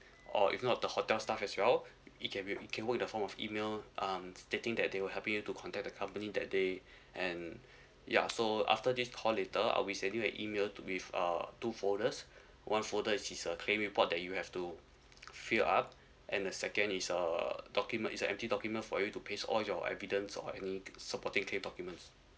or if not the hotel staff as well it can be it can can work in the form of email um stating that they were helping you to contact the company that day and ya so after this call later I will send you an email with uh two folders one folder is a claim report that you have to fill up and the second is uh document is an empty document for you to paste all your evidence or any supporting claim documents